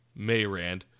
Mayrand